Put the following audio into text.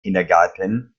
kindergarten